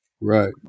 right